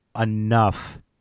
enough